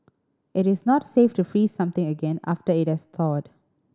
it is not safe to freeze something again after it has thawed